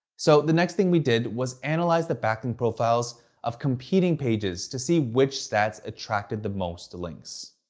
so the next thing we did was analyze the backlink profiles of competing pages to see which stats attracted the most links.